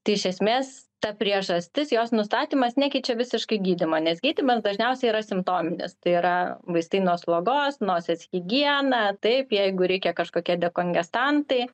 tai iš esmės ta priežastis jos nustatymas nekeičia visiškai gydymo nes gydyma dažniausiai yra simptominis tai yra vaistai nuo slogos nosies higiena taip jeigu reikia kažkokie dekongestantai